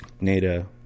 Nada